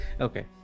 okay